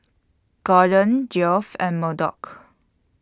Gordon Geoff and Murdock